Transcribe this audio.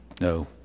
No